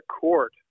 court